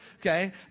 okay